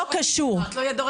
לא קשור.